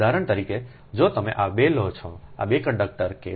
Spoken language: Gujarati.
ઉદાહરણ તરીકે જો તમે આ 2 લો છોઆ 2 કંડક્ટર કેસ આ 2 કંડક્ટર કેસ